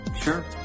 sure